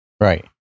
right